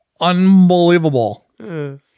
unbelievable